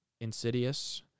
insidious